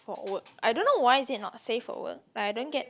for work I don't know why is it not safe for work like I don't get